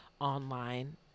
online